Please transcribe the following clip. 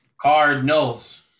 Cardinals